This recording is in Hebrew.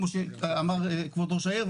כמו שאמר כבוד ראש העיר,